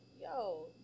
yo